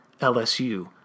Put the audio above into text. LSU